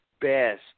best